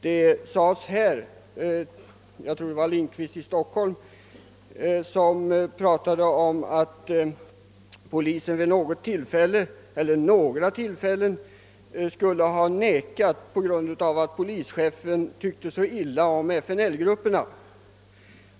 Det har sagts här — jag tror att det var herr Lindkvist som nämnde det — att polisen vid något eller några tillfällen skulle ha vägrat demonstrationstillstånd därför att polischefen tyckte så illa om FNL-grupperna.